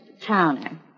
Towner